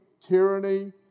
tyranny